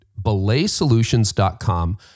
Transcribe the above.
belaysolutions.com